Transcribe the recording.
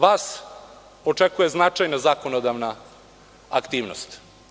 Vas očekuje značajna zakonodavna aktivnost.